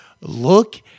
look